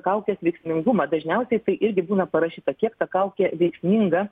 kaukės veiksmingumą dažniausiai tai irgi būna parašyta kiek ta kaukė veiksminga